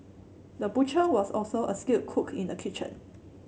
the butcher was also a skilled cook in the kitchen